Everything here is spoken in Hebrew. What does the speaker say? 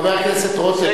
חבר הכנסת רותם,